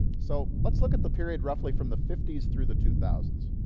so let's look at the period roughly from the fifty s through the two thousand s.